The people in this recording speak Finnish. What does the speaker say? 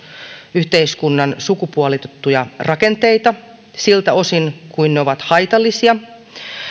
yhteiskunnan sukupuolitettuja rakenteita siltä osin kuin ne ovat haitallisia